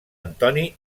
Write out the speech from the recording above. antoni